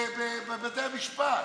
בבתי המשפט?